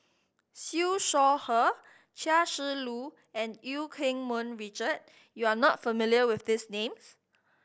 Siew Shaw Her Chia Shi Lu and Eu Keng Mun Richard you are not familiar with these names